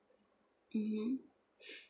mmhmm